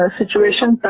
situation